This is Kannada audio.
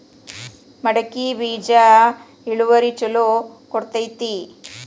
ಮಡಕಿ ಬೇಜ ಇಳುವರಿ ಛಲೋ ಕೊಡ್ತೆತಿ?